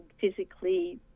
physically